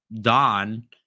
Don